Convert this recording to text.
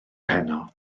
heno